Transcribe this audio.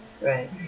right